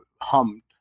hummed